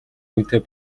үнэтэй